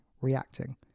reacting